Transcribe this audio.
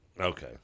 Okay